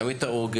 גם את העוגן,